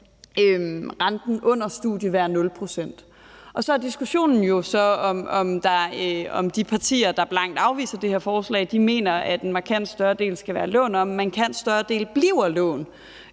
renten under studie være 0 pct. Så er diskussionen jo så, om de partier, der blankt afviser det her forslag, mener, at en markant større del skal være lån, og omen markant større del bliver lån